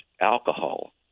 alcohol